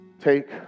take